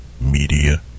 Media